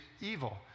evil